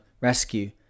rescue